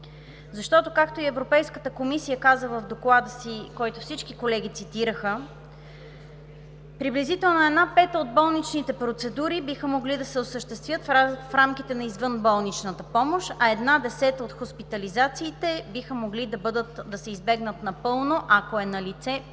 защото, както и Европейската комисия каза в Доклада си, който всички колеги цитираха, приблизително една пета от болничните процедури биха могли да се осъществят в рамките на извънболничната помощ, а една десета от хоспитализациите биха могли да се избегнат напълно, ако е налице